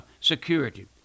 security